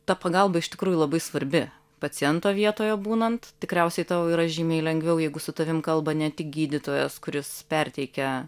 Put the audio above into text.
ta pagalba iš tikrųjų labai svarbi paciento vietoje būnant tikriausiai tau yra žymiai lengviau jeigu su tavim kalba ne tik gydytojas kuris perteikia